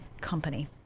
company